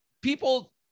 people